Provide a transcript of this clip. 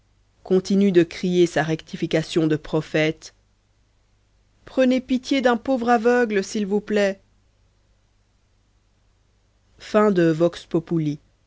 continue de crier sa rectification de prophète prenez pitié d'un pauvre aveugle s'il vous plaît